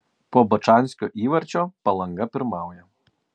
po bačanskio įvarčio palanga pirmauja